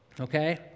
okay